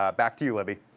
um back to you, libby.